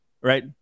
Right